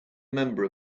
member